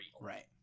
Right